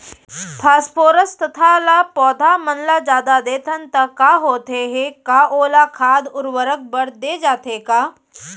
Phosphorus तथा ल पौधा मन ल जादा देथन त का होथे हे, का ओला खाद उर्वरक बर दे जाथे का?